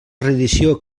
reedició